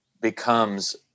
becomes